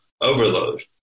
overload